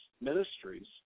ministries